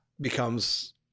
becomes